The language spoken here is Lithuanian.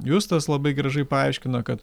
justas labai gražiai paaiškino kad